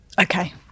Okay